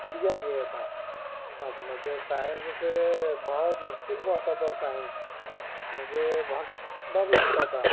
دیا گیا تھا اب مجھے سائنس سے بہت مشکل پڑتا تھا سائنس مجھے بہت ڈر لگتا تھا